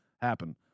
happen